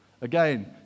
Again